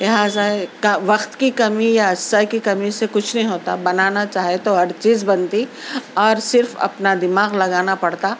لہذا کا وقت کی کمی یا شے کی کمی سے کچھ نہیں ہوتا بنانا چاہے تو ہر چیز بنتی اور صرف اپنا دماغ لگانا پڑتا